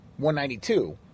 192